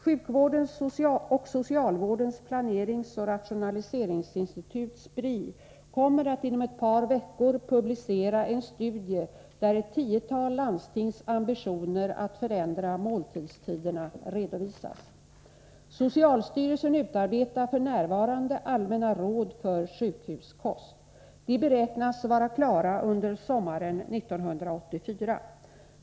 Sjukvårdens och socialvårdens planeringsoch rationaliseringsinstitut kommer att inom ett par veckor publicera en studie, där ett tiotal landstings ambitioner att förändra måltidstiderna redovisas. Socialstyrelsen utarbetar f. n. Allmänna råd för sjukhuskost. De beräknas vara klara under sommaren 1984.